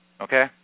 okay